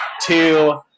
two